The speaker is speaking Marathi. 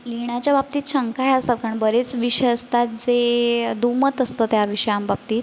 लिहिण्याच्या बाबतीत शंका ह्या असतात कारण बरेच विषय असतात जे दुमत असतं त्या विषयांबाबतीत